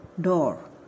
door